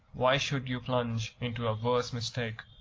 why should you plunge into a worse mistake,